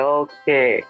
okay